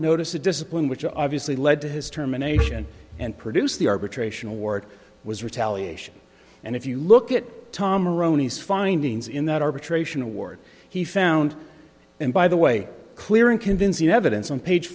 notice a discipline which obviously led to his terminations and produce the arbitration award was retaliation and if you look at tom erroneous findings in that arbitration award he found and by the way clear and convincing evidence on page